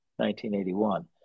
1981